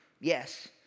yes